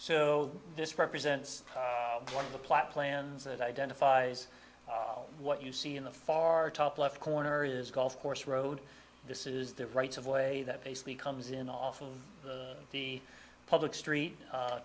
so this represents one of the platte plans that identifies what you see in the far top left corner is golf course road this is the rights of way that basically comes in often the public street